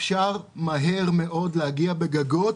אפשר מהר מאוד להגיע בגגות